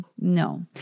no